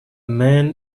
man